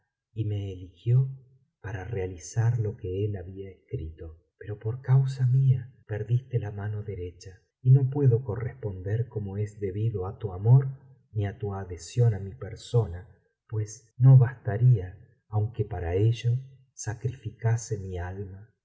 y me eligió para realizar lo que él había escrito pero por causa mía perdiste la mano derecha y no puedo corresponder como es debido á tu amor ni á tu adhesión á mi persona pues no bastaría aunque para ello sacrificase mi alma